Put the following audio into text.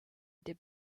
des